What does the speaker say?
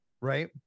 Right